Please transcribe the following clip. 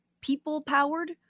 people-powered